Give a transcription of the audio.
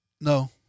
No